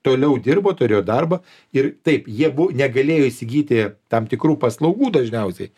toliau dirbo turėjo darbą ir taip jie abu negalėjo įsigyti tam tikrų paslaugų dažniausiai